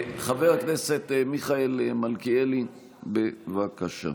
חבר הכנסת מיכאל מלכיאלי, בבקשה.